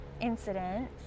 incident